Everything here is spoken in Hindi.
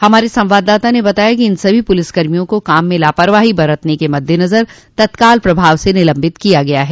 हमारे संवाददाता ने बताया है कि इन सभी पुलिसकर्मियों को काम में लापरवाही बरतने के मद्देनजर तत्काल प्रभाव से निलंबित किया गया है